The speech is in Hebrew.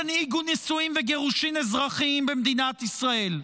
תנהיגו נישואין וגירושין אזרחיים במדינת ישראל.